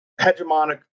hegemonic